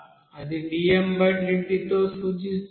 అది dmdt తో సూచించబడుతుంది